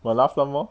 !wah! laugh some more